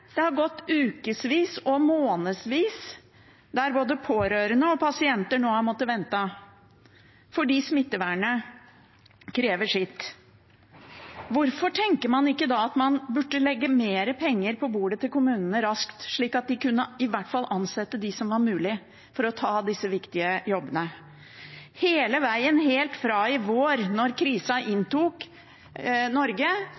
månedsvis der både pårørende og pasienter nå har måttet vente fordi smittevernet krever sitt. Hvorfor tenker man ikke da at man burde legge mer penger på bordet til kommunene raskt, slik at de i hvert fall kunne ansette der det var mulig for å ta disse viktige jobbene? Hele veien, helt fra i vår da krisen inntok Norge,